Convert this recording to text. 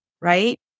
right